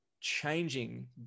changing